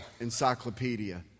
encyclopedia